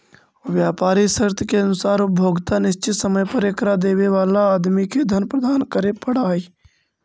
व्यापारी शर्त के अनुसार उपभोक्ता निश्चित समय पर एकरा देवे वाला आदमी के धन प्रदान करे पड़ऽ हई